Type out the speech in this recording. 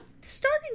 starting